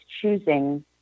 choosing